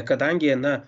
kadangi na